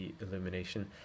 illumination